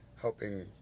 helping